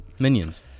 Minions